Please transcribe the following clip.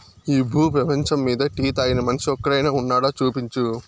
ఈ భూ పేపంచమ్మీద టీ తాగని మనిషి ఒక్కడైనా వున్నాడా, చూపించు